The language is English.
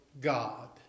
God